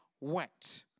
wet